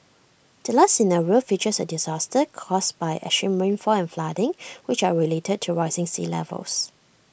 the last scenario features A disaster caused by extreme rainfall and flooding which are related to rising sea levels